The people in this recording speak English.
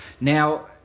now